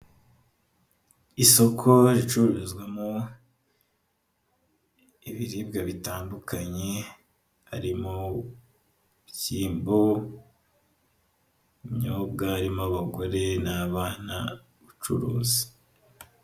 Isoko ricururizwamo ibiribwa bitandukanye, harimo; ibishyimbo, ubunyobwa, harimo abagore n'abana, ubucuruzi.